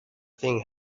thing